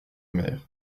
mer